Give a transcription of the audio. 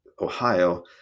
Ohio